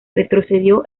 retrocedió